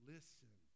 Listen